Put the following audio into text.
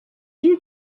you